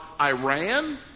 iran